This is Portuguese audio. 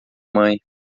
mãe